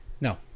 no